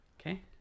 Okay